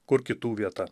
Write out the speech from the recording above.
kur kitų vieta